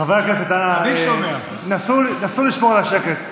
חברי הכנסת, אנא נסו לשמור על השקט.